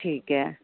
ٹھیک ہے